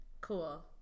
Cool